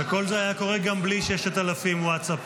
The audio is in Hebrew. וכל זה היה קורה גם בלי 6,000 ווטסאפים.